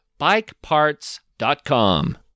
bikeparts.com